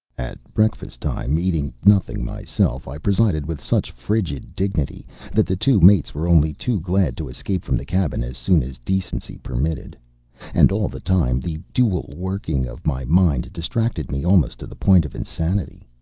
at breakfast time, eating nothing myself, i presided with such frigid dignity that the two mates were only too glad to escape from the cabin as soon as decency permitted and all the time the dual working of my mind distracted me almost to the point of insanity.